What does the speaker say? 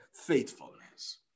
faithfulness